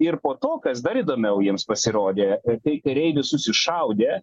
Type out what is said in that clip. ir po to kas dar įdomiau jiems pasirodė kai kariai visus iššaudė